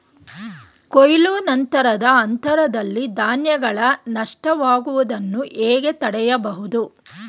ಕೊಯ್ಲು ನಂತರದ ಹಂತದಲ್ಲಿ ಧಾನ್ಯಗಳ ನಷ್ಟವಾಗುವುದನ್ನು ಹೇಗೆ ತಡೆಯಬಹುದು?